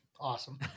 Awesome